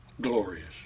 glorious